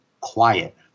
quiet